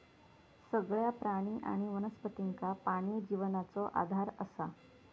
सगळ्या प्राणी आणि वनस्पतींका पाणी जिवनाचो आधार असा